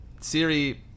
Siri